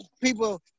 people